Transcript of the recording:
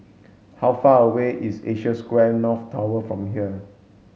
how far away is Asia Square North Tower from here